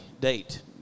date